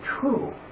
true